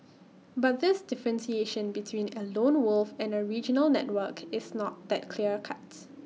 but this differentiation between A lone wolf and A regional network is not that clear cuts